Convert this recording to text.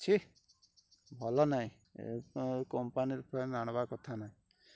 ଛିଃ ଭଲ ନାହିଁ କମ୍ପାନୀ ଫ୍ୟାନ୍ ଆଣିବା କଥା ନାହିଁ